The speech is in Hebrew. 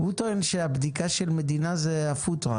הוא טוען שהבדיקה של מדינה זה הפוד-טראקס,